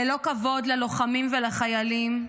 ללא כבוד ללוחמים ולחיילים,